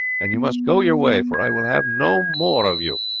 and you must go your way, for i will have no more of you.